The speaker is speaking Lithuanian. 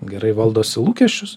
gerai valdosi lūkesčius